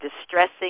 distressing